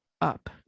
up